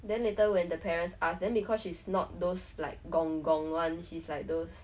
then later when the parents ask then because she's not those like gong gong [one] she's like those